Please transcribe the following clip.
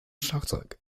schlagzeug